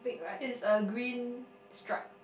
is a green strike